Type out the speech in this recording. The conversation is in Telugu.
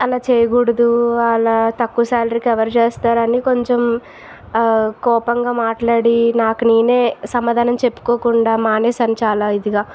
అలా చేయకూడదు అలా తక్కువ సాలరీకి ఎవరు చేస్తారని కొంచెం కోపంగా మాట్లాడి నాకు నేనే సమాధానం చెప్పుకోకుండా మానేసాను చాలా ఇదిగా